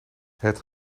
het